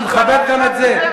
נכבד גם את זה.